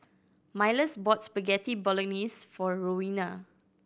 Milas bought Spaghetti Bolognese for Roena